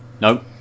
Nope